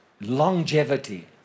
longevity